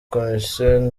commission